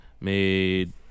made